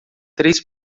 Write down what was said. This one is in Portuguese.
três